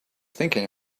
thinking